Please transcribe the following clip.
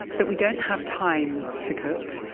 that we don't have time to cook.